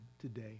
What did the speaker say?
today